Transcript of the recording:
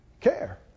Care